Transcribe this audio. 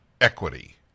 equity